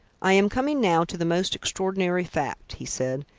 i am coming now to the most extraordinary fact, he said,